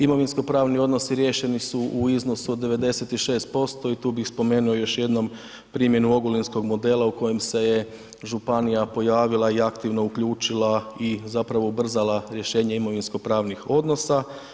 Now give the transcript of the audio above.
Imovinsko pravni odnosi riješeni su u iznosu od 96% i tu bih spomenuo još jednom primjenu ogulinskog modela u kojem se je županija pojavila i aktivno uključila i zapravo ubrzala rješenje imovinsko pravnih odnosa.